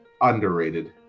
Underrated